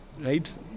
right